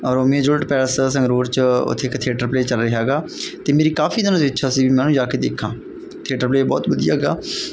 Romeo Juliet palace Sangrur 'ਚ ਉੱਥੇ ਇੱਕ ਥੀਏਟਰ ਪਲੇਅ ਚੱਲ ਰਿਹਾ ਹੈਗਾ ਅਤੇ ਮੇਰੀ ਕਾਫੀ ਦਿਨਾਂ ਦੀ ਇੱਛਾ ਸੀ ਮੈਂ ਜਾ ਕੇ ਦੇਖਾ ਥੀਏਟਰ ਪਲੇਅ ਬਹੁਤ ਵਧੀਆ ਹੈਗਾ